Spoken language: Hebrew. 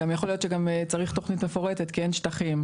יכול להיות שגם צריך תוכנית מפורטת כי אין שטחים.